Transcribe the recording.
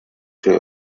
she